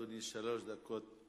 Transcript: בבקשה, אדוני, שלוש דקות לזכותך.